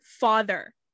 father